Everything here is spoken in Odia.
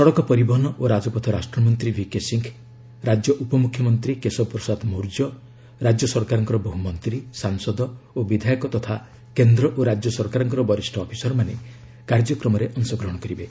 ସଡ଼କ ପରିବହନ ଓ ରାଜପଥ ରାଷ୍ଟ୍ରମନ୍ତ୍ରୀ ଭିକେ ସିଂହ ରାଜ୍ୟ ଉପ ମୁଖ୍ୟମନ୍ତ୍ରୀ କେଶବ ପ୍ରସାଦ ମୌର୍ଯ୍ୟ ରାଜ୍ୟ ସରକାରଙ୍କର ବହୁ ମନ୍ତ୍ରୀ ସାଂସଦ ଓ ବିଧାୟକ ତଥା କେନ୍ଦ୍ର ଓ ରାଜ୍ୟ ସରକାରଙ୍କର ବରିଷ୍ଣ ଅଫିସରମାନେ କାର୍ଯ୍ୟକ୍ରମରେ ଅଂଶଗ୍ରହଣ କରିବେ